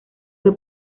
fue